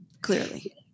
Clearly